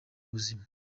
ubuzima